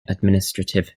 administrative